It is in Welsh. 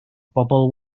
bobl